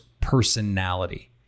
personality